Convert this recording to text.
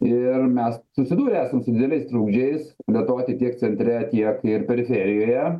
ir mes susidūrę esam su dideliais trukdžiais be to tai tiek centre tiek ir periferijoje